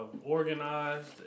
organized